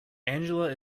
angela